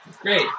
Great